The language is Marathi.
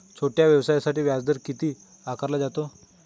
छोट्या व्यवसायासाठी व्याजदर किती आकारला जातो?